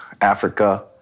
Africa